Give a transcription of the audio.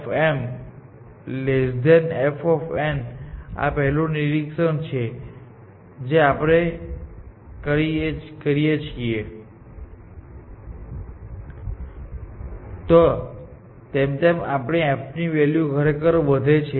જેમ જેમ આપણે નોડ m થી નોડ n તરફ આગળ વધીએ છીએ તેમ તેમ આપણી f વેલ્યુ ખરેખર વધે છે